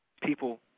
People